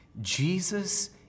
Jesus